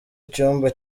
icyumba